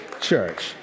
church